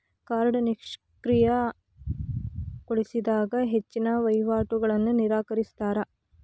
ಕಾರ್ಡ್ನ ನಿಷ್ಕ್ರಿಯಗೊಳಿಸಿದಾಗ ಹೆಚ್ಚಿನ್ ವಹಿವಾಟುಗಳನ್ನ ನಿರಾಕರಿಸ್ತಾರಾ